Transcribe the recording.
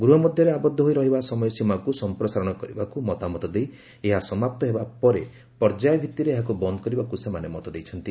ଗୃହ ମଧ୍ୟରେ ଆବଦ୍ଧ ହୋଇ ରହିବା ସମୟସୀମାକୁ ସମ୍ପ୍ରସାରଣ କରିବାକୁ ମତାମତ ଦେଇ ଏହା ସମାପ୍ତ ହେବା ପରେ ପର୍ଯ୍ୟାୟ ଭିଭିରେ ଏହାକୁ ବନ୍ଦ କରିବାକୁ ସେମାନେ ମତ ଦେଇଛନ୍ତି